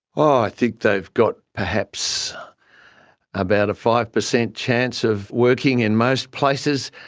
ah i think they've got perhaps about a five percent chance of working in most places.